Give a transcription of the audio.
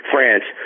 France